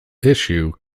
issue